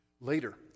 later